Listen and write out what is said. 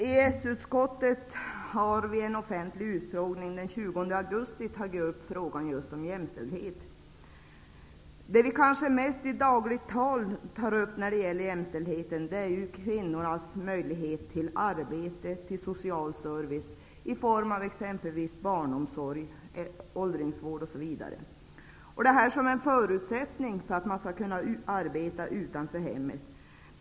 EES-utskottet har vid en offentlig utfrågning den 20 augusti tagit upp just frågan om jämställdhet. Det vi kanske mest tar upp i dagligt tal när det gäller jämställdheten är kvinnornas möjlighet till arbete och till social service i form av exempelvis barnomsorg och åldringsvård som förutsättning för att kunna arbeta utanför hemmet.